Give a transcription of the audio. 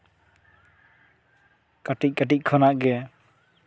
ᱠᱟᱹᱴᱤᱡᱼᱠᱟᱹᱴᱤᱡ ᱠᱷᱚᱱᱟᱜ ᱜᱮ